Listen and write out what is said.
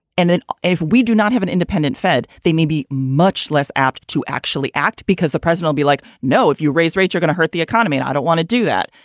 and then if we do not have an independent fed, they may be much less apt to actually act because the president be like, no, if you raise rates, you're gonna hurt the economy. and i don't want to do that.